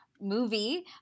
movie